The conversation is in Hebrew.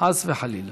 חס וחלילה.